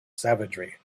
savagery